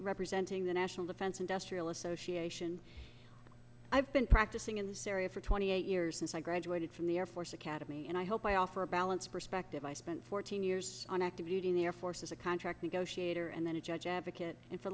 representing the national defense industrial association i've been practicing in this area for twenty eight years since i graduated from the air force academy and i hope i offer a balanced perspective i spent fourteen years on active duty in the air force is a contract negotiator and then a judge advocate it for